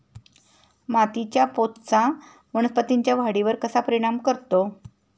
मातीच्या पोतचा वनस्पतींच्या वाढीवर कसा परिणाम करतो?